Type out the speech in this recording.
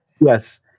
Yes